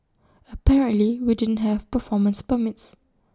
apparently we didn't have performance permits